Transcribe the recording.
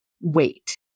wait